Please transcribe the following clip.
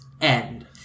end